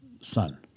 son